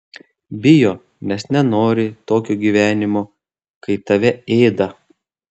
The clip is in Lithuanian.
bijo nes nenori tokio gyvenimo kai tave ėda